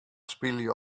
spylje